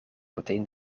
meteen